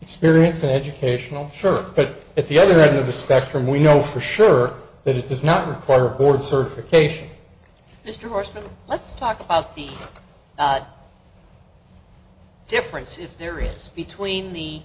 experience educational sure but at the other end of the spectrum we know for sure that it does not require a board certification mr morris but let's talk about the difference if there is between the